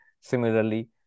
Similarly